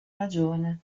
ragione